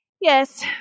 Yes